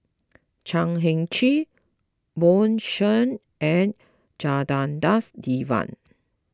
Chan Heng Chee Bjorn Shen and Janadas Devan